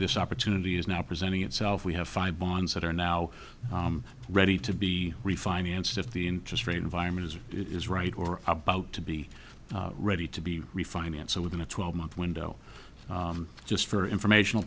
this opportunity is now presenting itself we have five bonds that are now ready to be refinanced if the interest rate environment as it is right or about to be ready to be refinanced so within a twelve month window just for informational